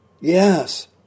Yes